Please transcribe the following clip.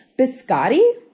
biscotti